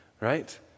right